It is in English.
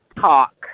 talk